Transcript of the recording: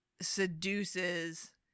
seduces